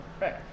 Right